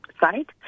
site